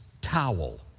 towel